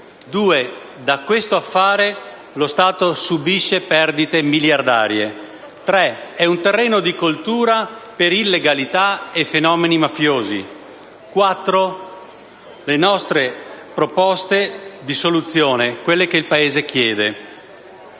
da questo affare lo Stato subisce perdite miliardarie. Terzo: è un terreno di coltura per illegalità e fenomeni mafiosi. Quattro le nostre proposte di soluzione, quelle che il Paese chiede.